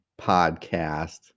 Podcast